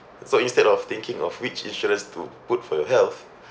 so instead of thinking of which insurance to put for your health